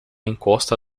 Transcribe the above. encosta